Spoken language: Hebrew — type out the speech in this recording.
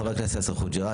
חבר הכנסת יאסר חוג'יראת,